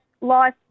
life